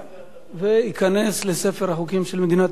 וייכנס לספר החוקים של מדינת ישראל.